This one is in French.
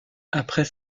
après